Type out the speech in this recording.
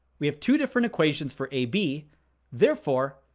we have two different equations for ab therefore,